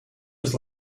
his